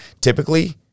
typically